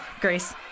Grace